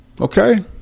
Okay